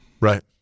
Right